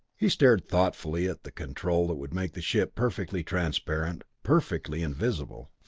he stared thoughtfully at the control that would make the ship perfectly transparent, perfectly invisible.